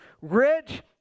rich